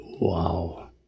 wow